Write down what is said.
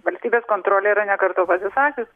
valstybės kontrolė yra ne kartą pasisakius